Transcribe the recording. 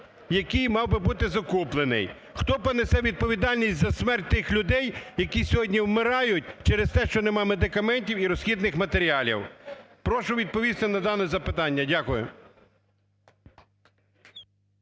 який мав би бути закуплений. Хто понесе відповідальність за смерть тих людей, які сьогодні вмирають через те, що нема медикаментів і розхідних матеріалів? Прошу відповісти на дане запитання. Дякую.